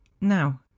Now